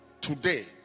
Today